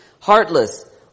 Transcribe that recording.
heartless